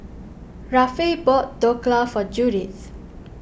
Rafe bought Dhokla for Judith